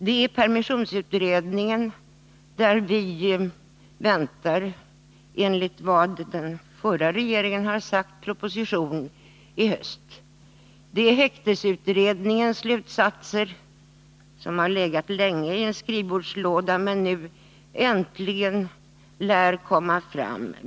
Det är permissionsutredningen, där vi enligt vad den förra regeringen har sagt kan vänta en proposition i höst. Det är häktesutredningen, vars slutsatser länge har legat i en skrivbordslåda men som nu äntligen lär komma fram.